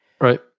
Right